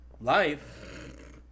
life